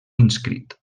inscrit